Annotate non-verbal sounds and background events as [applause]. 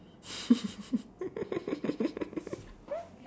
[breath] [laughs]